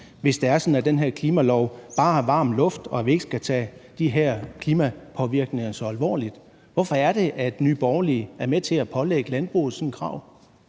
hvis det er sådan, at den her klimalov bare er varm luft og vi ikke skal tage de her klimapåvirkninger så alvorligt. Hvorfor er det, at Nye Borgerlige er med til at pålægge landbruget sådan et krav?